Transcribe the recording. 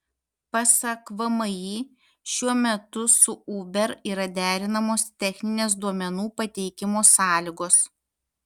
pasak vmi šiuo metu su uber yra derinamos techninės duomenų pateikimo sąlygos